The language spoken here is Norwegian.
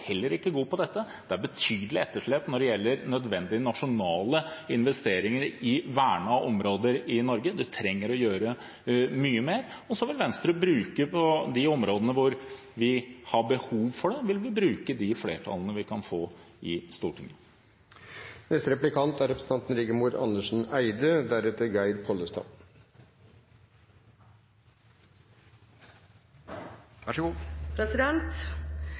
heller ikke god på dette, det er betydelig etterslep når det gjelder nødvendige nasjonale investeringer i vernede områder i Norge. En trenger å gjøre mye mer. Så vil Venstre på de områdene der vi har behov for det, bruke de flertallene vi kan få i